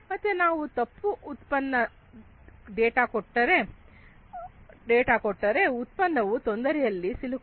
ಮತ್ತೆ ನಾವು ತಪ್ಪು ಉತ್ಪನ್ನ ಡೇಟಾ ಕೊಟ್ಟರೆ ಉತ್ಪನ್ನವು ತೊಂದರೆಯಲ್ಲಿ ಸಿಲುಕುವುದು